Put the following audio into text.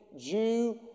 Jew